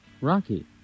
Rocky